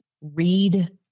read